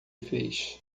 fez